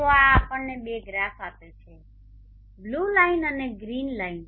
તો આ આપણને બે ગ્રાફ આપે છે બ્લુ લાઈન અને ગ્રીન લાઇન